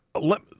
Let